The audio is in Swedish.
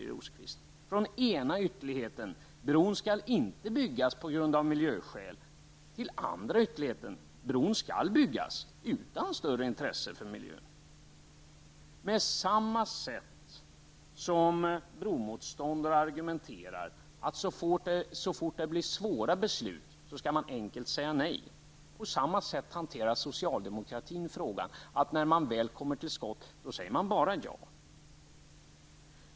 Man går från den ena ytterligheten, nämligen att bron av miljöskäl inte skall byggas, till den andra ytterligheten, nämligen att bron skall byggas utan att något större intresse visas för miljön. På samma sätt som bromotståndare argumenterar -- dvs. så snart det blir fråga om svåra beslut skall man helt enkelt säga nej -- hanterar socialdemokraterna den här frågan: När man väl kommer till skott, säger man bara ja.